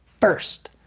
first